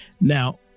Now